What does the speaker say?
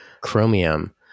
Chromium